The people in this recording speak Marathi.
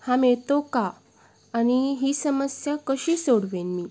हा मिळतो का आणि ही समस्या कशी सोडवेन मी